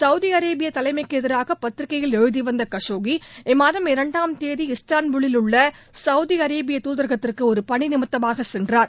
Saudi Arabian தலைமைக்கு எதிராக பத்திரிகையில் எழுதிவந்த கசோக்கி இம்மாதம் இரண்டாம் தேதி இஸ்தாம்பூரில் உள்ள சவுதி அரேபிய துதரகத்திற்கு ஒரு பணி நிமித்தமாக சென்றார்